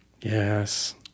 yes